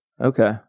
Okay